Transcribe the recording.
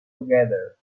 together